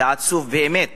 ועצוב באמת